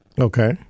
Okay